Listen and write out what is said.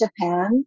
Japan